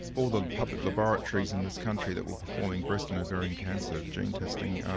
all the public laboratories in this country that were performing breast and ovarian cancer gene testing,